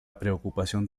preocupación